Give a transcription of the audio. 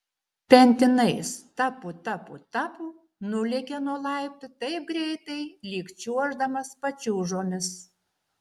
pentinais tapu tapu tapu nulėkė nuo laiptų taip greitai lyg čiuoždamas pačiūžomis